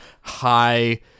high